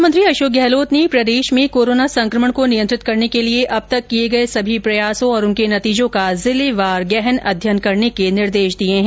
मुख्यमंत्री अशोक गहलोत ने प्रदेश में कोरोना संक्रमण को नियंत्रित करने के लिए अब तक किए गए सभी प्रयासों और उनके नतीजों का जिलेवार गहन अध्ययन करने के निर्देश दिए हैं